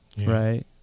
Right